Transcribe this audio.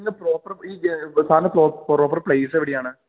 നിങ്ങളുടെ പ്രോപ്പർ ഈ സാറിൻ്റെ പ്രോപ്പർ പ്ലേയിസ് എവിടെയാണ്